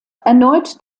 erneut